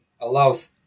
allows